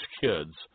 kids